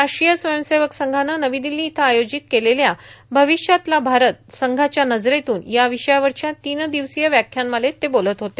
राष्ट्रीय स्वयंसेवक संघानं नवी दिल्ली इथं आयोजित केलेल्या भविष्यातला भारत संघाच्या नजरेतून या विषयावरच्या तीन दिवसीय व्याख्यानमालेत ते बोलत होते